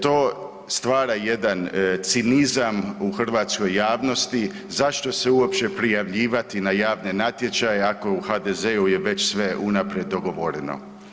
To stvara jedan cinizam u hrvatskoj javnosti, zašto se uopće prijavljivati na javne natječaje ako u HDZ-u je već sve unaprijed dogovoreno.